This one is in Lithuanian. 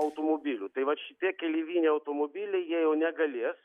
automobilių tai va šitie keleiviniai automobiliai jie jau negalės